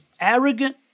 arrogant